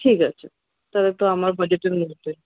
ঠিক আছে তাহলে তো আমার বাজেটের মধ্যে